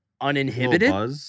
uninhibited